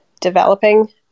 developing